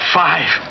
five